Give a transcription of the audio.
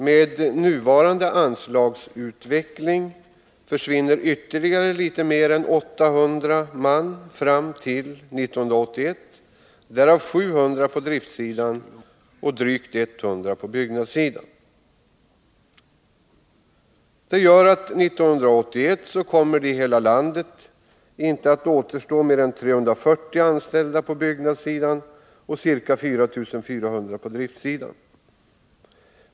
Med nuvarande anslagsutveckling försvinner ytterligare litet mer än 800 man fram till 1981, därav 700 på driftsidan och drygt 100 på byggnadssidan. Det gör att 1981 kommer det i hela landet inte att återstå mer än 340 anställda på byggnadssidan och ca 4400 på driftsidan.